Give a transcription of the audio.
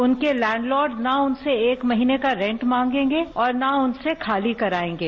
उनके लैंडलोड न उनसे एक महीने का रेंट मांगेगे और न उनसे खाली करायेंगे